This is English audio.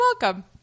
welcome